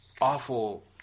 awful –